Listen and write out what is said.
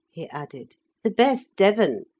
he added the best devon.